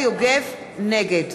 נגד